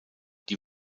die